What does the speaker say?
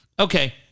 Okay